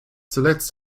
zuletzt